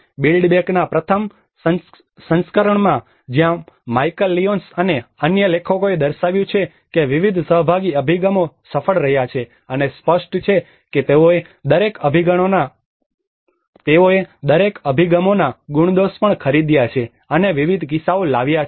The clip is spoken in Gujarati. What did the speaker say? બિલ્ડ બેકના પ્રથમ સંસ્કરણમાં જ્યાં માઇકલ લિયોન્સ અને અન્ય લેખકોએ દર્શાવ્યું છે કે વિવિધ સહભાગી અભિગમો સફળ રહ્યા છે અને સ્પષ્ટ છે કે તેઓએ દરેક અભિગમોના ગુણદોષ પણ ખરીદ્યા છે અને વિવિધ કિસ્સાઓ લાવ્યા છે